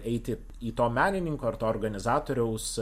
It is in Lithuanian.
eiti į to menininko ar organizatoriaus